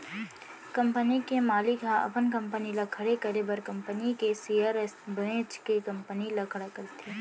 company के मालिक ह अपन कंपनी ल खड़े करे बर कंपनी के सेयर बेंच के कंपनी ल खड़ा करथे